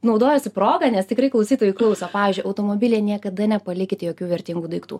naudojuosi proga nes tikrai klausytojai klauso pavyzdžiui automobilyje niekada nepalikite jokių vertingų daiktų